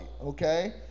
okay